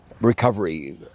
recovery